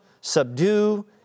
subdue